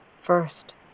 First